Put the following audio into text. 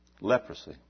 Leprosy